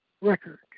record